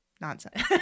Nonsense